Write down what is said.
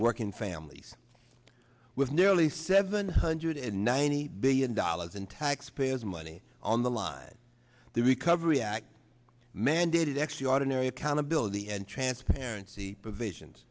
working families with nearly seven hundred ninety billion dollars in taxpayers money on the lies the recovery act mandated extraordinary accountability and transparency provisions